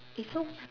eh so